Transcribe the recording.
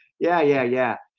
yeah, yeah yeah,